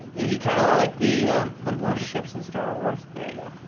if you titled like the the worst ships and star wars. there you go.